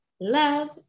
love